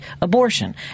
abortion